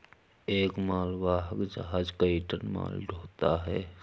एक मालवाहक जहाज कई टन माल ढ़ोता है